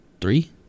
three